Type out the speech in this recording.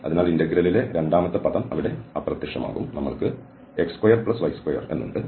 അതിനാൽ ഇന്റഗ്രൽലെ രണ്ടാമത്തെ പദം ഇവിടെ അപ്രത്യക്ഷമാകും നമ്മൾക്ക് x2y2 ഉണ്ട്